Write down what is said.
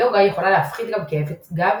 יוגה יכולה להפחית גם כאבי גב,